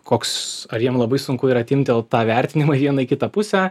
koks ar jiem labai sunku yra timptelt tą vertinimą į vieną į kitą pusę